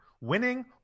Winning